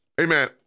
amen